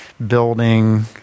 building